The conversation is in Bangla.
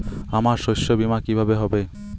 আমার শস্য বীমা কিভাবে হবে?